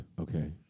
Okay